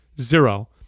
Zero